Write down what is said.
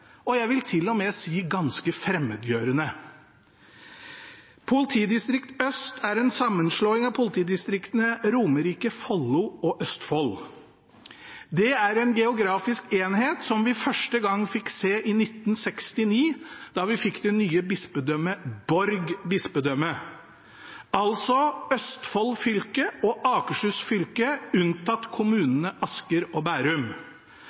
og jeg vil til og med si ganske fremmedgjørende. Politidistrikt Øst er en sammenslåing av politidistriktene Romerike, Follo og Østfold. Det er en geografisk enhet som vi første gang fikk se i 1969, da vi fikk det nye bispedømmet Borg bispedømme – altså Østfold fylke og Akershus fylke unntatt kommunene Asker og Bærum.